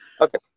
okay